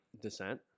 descent